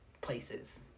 places